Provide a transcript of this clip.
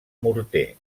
morter